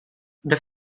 the